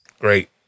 Great